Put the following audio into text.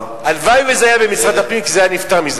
הלוואי שזה היה במשרד הפנים, כי זה היה נפתר מזמן.